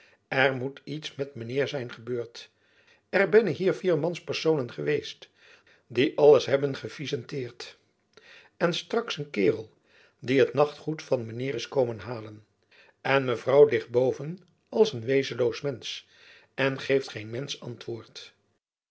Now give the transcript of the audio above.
er mot iets met mijn heir zijn gebeurd er bennen hier vier manspersonen geweest die alles hebben gevisenteird en straks een keirel die het nachtgoed van men heir is komen halen en mevrouw leit boven as een weizenloos mensch en geift gein mensch antwoord